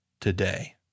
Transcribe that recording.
today